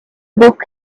book